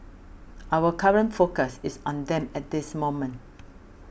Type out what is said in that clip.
our current focus is on them at this moment